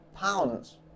pounds